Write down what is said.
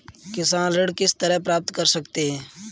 किसान ऋण किस तरह प्राप्त कर सकते हैं?